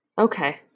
Okay